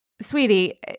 sweetie